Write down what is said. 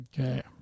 Okay